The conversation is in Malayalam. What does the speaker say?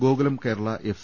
ഗോകുലം കേരള എഫ്